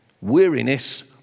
Weariness